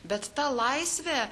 bet ta laisvė